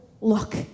look